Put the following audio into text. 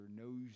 knows